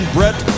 Brett